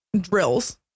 drills